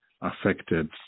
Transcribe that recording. affected